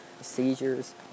seizures